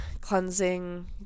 cleansing